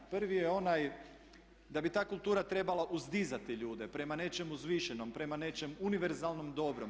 Prvi je onaj da bi ta kultura trebala uzdizati ljude prema nečemu uzvišenom, prema nečemu univerzalno dobrom.